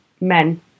men